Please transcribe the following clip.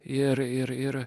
ir ir ir